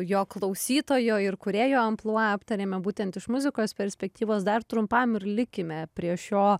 jo klausytojo ir kūrėjo amplua aptarėme būtent iš muzikos perspektyvos dar trumpam ir likime prie šio